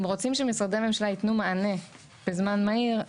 אם רוצים שמשרדי ממשל היתנו מענה בזמן מהיר,